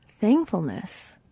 thankfulness